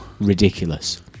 ridiculous